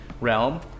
realm